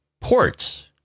ports